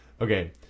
Okay